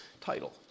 title